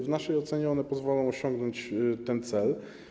W naszej ocenie one pozwolą osiągnąć cel.